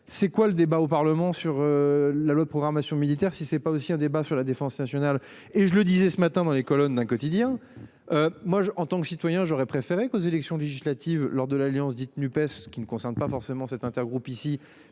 c'est quoi le débat au Parlement sur la loi de programmation militaire, si ce n'est pas aussi un débat sur la défense nationale et je le disais ce matin dans les colonnes d'un quotidien. Moi en tant que citoyen, j'aurais préféré qu'aux élections législatives. Lors de l'Alliance dite NUPES qui ne concerne pas forcément cet intergroupe ici